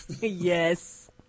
Yes